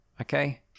okay